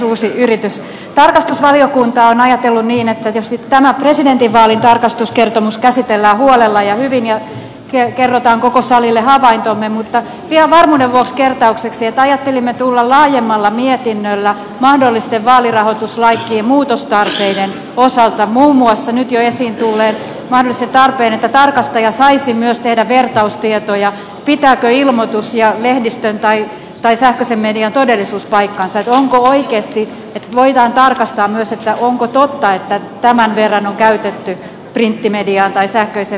tarkastusvaliokunta on ajatellut niin että tietysti tämä presidentinvaalin tarkastuskertomus käsitellään huolella ja hyvin ja kerrotaan koko salille havaintomme mutta ihan varmuuden vuoksi kertaukseksi että ajattelimme tulla laajemmalla mietinnöllä mahdollisten vaalirahoituslain muutostarpeiden osalta muun muassa nyt jo esiin tulleen mahdollisen tarpeen että tarkastaja saisi myös tehdä vertaustietoja pitääkö ilmoitus ja lehdistön tai sähköisen median todellisuus paikkansa että voidaan tarkastaa myös onko totta että tämän verran on käytetty printtimediaan tai sähköiseen mediaan